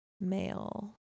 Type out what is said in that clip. male